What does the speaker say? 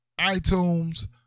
iTunes